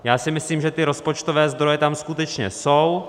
Já si myslím, že ty rozpočtové zdroje tam skutečně jsou.